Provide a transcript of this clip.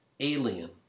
alien